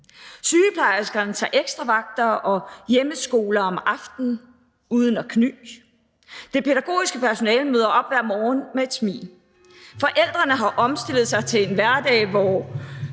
Sygeplejerskerne tager ekstra vagter og har hjemmeskole om aftenen uden at kny. Det pædagogiske personale møder op hver morgen med et smil. Forældrene har omstillet sig til en hverdag, hvor